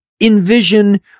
envision